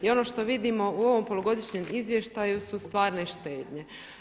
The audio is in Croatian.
I ono što vidimo u ovom polugodišnjem izvještaju su stvarne štednje.